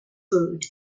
food